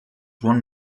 won